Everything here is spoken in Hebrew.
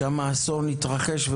שם האסון התרחש,